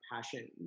passion